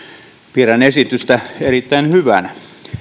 pidän esitystä erittäin hyvänä